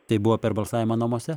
tai buvo per balsavimą namuose